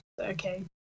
okay